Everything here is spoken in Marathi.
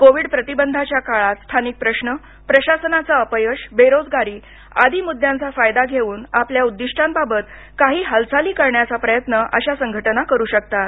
कोविड प्रतिबंधाच्या काळांत स्थानिक प्रश्न प्रशासनाचे अपयश बेरोजगारी आदी मुद्यांचा फायदा घेऊन आपल्या उद्दीष्ठांबाबत काही हालचाली करण्याच्या प्रयत्न अशा संघटना करु शकतात